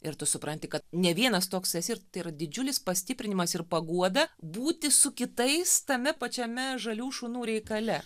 ir tu supranti kad ne vienas toks esi ir tai yra didžiulis pastiprinimas ir paguoda būti su kitais tame pačiame žalių šunų reikale